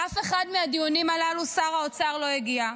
לאף אחד מהדיונים הללו שר האוצר לא הגיע,